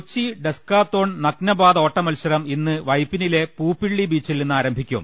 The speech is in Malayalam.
കൊച്ചി ഡെസ്കാത്തോൺ നഗ്നപാദ ഓട്ട മത്സരം ഇന്ന് വൈപ്പി നിലെ പൂപ്പിള്ളി ബീച്ചിൽ നിന്ന് ആരംഭിക്കും